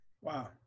Wow